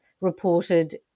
reported